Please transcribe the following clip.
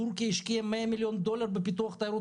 תורכיה השקיעה 100 מיליון דולר בפיתוח תיירות